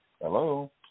Hello